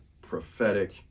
prophetic